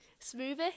smoothie